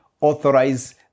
Authorize